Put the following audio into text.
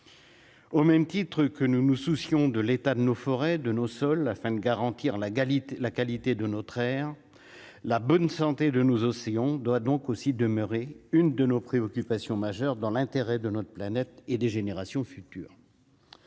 Au même titre que nous nous soucions de l'état de nos forêts de nos sols, afin de garantir la qualité, la qualité de notre air, la bonne santé de nos océans doit donc aussi demeurer une de nos préoccupations majeures dans l'intérêt de notre planète et des générations futures,